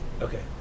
okay